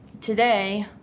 today